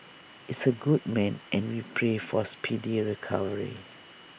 is A good man and we pray for speedy recovery